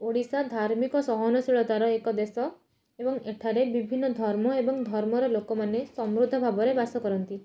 ଓଡ଼ିଶା ଧାର୍ମିକ ସହନଶୀଳତାର ଏକ ଦେଶ ଏବଂ ଏଠାରେ ବିଭିନ୍ନ ଧର୍ମ ଏବଂ ଧର୍ମର ଲୋକମାନେ ସମୃତ ଭାବରେ ବାସ କରନ୍ତି